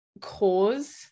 cause